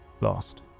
lost